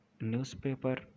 newspaper